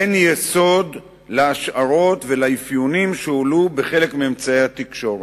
אין יסוד להשערות ולטיעונים שהועלו בחלק מאמצעי התקשורת.